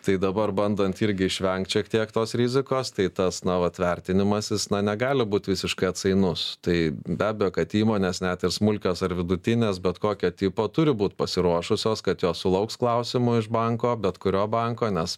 tai dabar bandant irgi išvengt šiek tiek tos rizikos tai tas na vat vertinimas jis na negali būt visiškai atsainus tai be abejo kad įmonės net ir smulkios ar vidutinės bet kokio tipo turi būt pasiruošusios kad jos sulauks klausimo iš banko bet kurio banko nes